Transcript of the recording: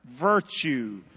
Virtue